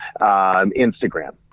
Instagram